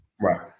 right